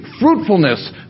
fruitfulness